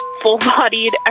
full-bodied